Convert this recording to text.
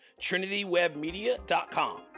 trinitywebmedia.com